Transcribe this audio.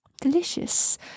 delicious